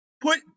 put